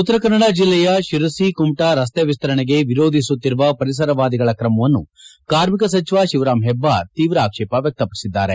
ಉತ್ತರಕನ್ನಡ ಜಿಲ್ಲೆಯ ಶಿರಸಿ ಕುಮಟಾ ರಸ್ತೆ ವಿಸ್ತರಣೆಗೆ ವಿರೋಧಿಸುತ್ತಿರುವ ಪರಿಸರವಾದಿಗಳ ಕ್ರಮಕ್ಕೆ ಕಾರ್ಮಿಕ ಸಚಿವ ಶಿವರಾಮ್ ಹೆಬ್ಬಾರ್ ತೀವ್ರ ಆಕ್ಷೇಪ ವ್ಯಕ್ತಪಡಿಸಿದ್ದಾರೆ